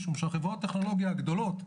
משום שחברות הטכנולוגיה הגדולות,